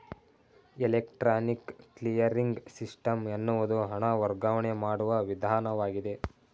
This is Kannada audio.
ಎಲೆಕ್ಟ್ರಾನಿಕ್ ಕ್ಲಿಯರಿಂಗ್ ಸಿಸ್ಟಮ್ ಎನ್ನುವುದು ಹಣ ವರ್ಗಾವಣೆ ಮಾಡುವ ವಿಧಾನವಾಗಿದೆ